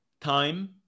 time